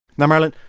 now, marilyn,